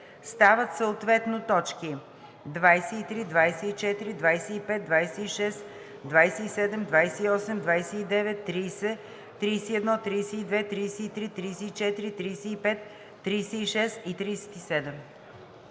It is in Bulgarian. стават съответно т. 23, 24, 25, 26, 27, 28, 29, 30, 31, 32, 33, 34, 35, 36 и 37.“